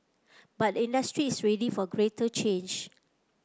but industry is ready for greater change